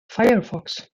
firefox